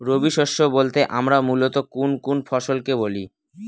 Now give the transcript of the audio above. রবি শস্য বলতে আমরা মূলত কোন কোন ফসল কে বলি?